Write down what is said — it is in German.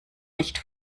nicht